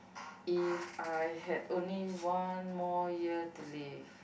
if I had only one more year to live